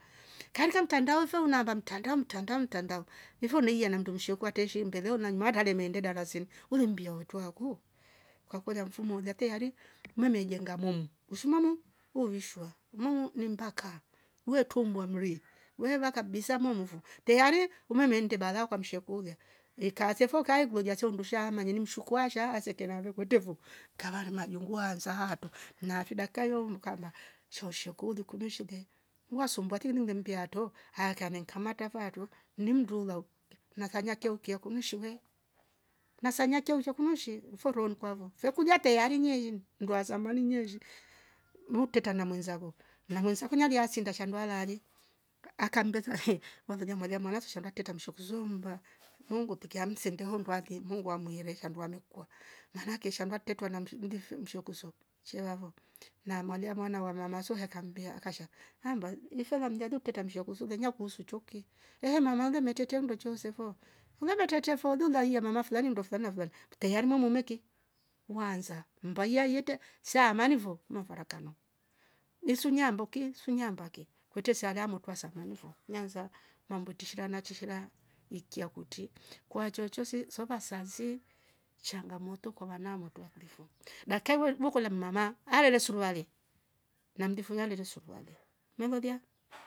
Karikia mtandao mfeu nava mtandam mtandam mtandao mvumeia na nndumshukwa teshiu ndeliu na nngama handem ndenda ngasem uumbia watua kuu kwakolya mfumo ujateare namelia ngamomu ishumumo huvishwa mbonngo ni mpaka weutumbua mrii wewa kabisa momovo tayari umanende bala ukamshokulia neka sefo ka ivolia soundusha ama nini mshkwa asha asete navo kurtevo kavana na jungua nsahahato na fidakayo mukanda shoushou kuli kunishimi nasumbua timi wembia hato hakanenga kamarta faato nindula hoo na kanyakia ohh kiakum shile nasanyakia ushakunwa mshii mfondo nkwavo fekulia tayari nyieun ndo wazamani nyeizishi. murteta na mwenzako na mwenzako kunyalaisnada shandwa lale akambetha ehh hotholia mwaliama walasha thusha ndandeta mshokuzumba nungutu tekea msendondwale mungu mwamuyerehsa ndwamekuwa mana ake shandua tetwa na mshi mngimfo mshokozo shewavo na malia mwana wa mama so akambea akasha hamba nifaram jajua kuteta mshoko zule nyakuusu chuki ehh mamange mmeteta ndochosefu mmevetete faudhu lai mama fulani ndo fulani na fulani tayari momuumeki mwanza mbaiya yete sha aamani fo mafarakano isunya mboki isunya mbake kwete salamwa utwa samani vo nyanza mambo tishilana tishila ekia kuti kwa chouchosi sova sazi changamoto kwa wana motoua kudifo dakewe mukola mma alele suruluali na mdifu ngarele suruale namlolia.